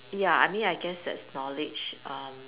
ya I mean I guess that's knowledge uh